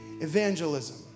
evangelism